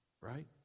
right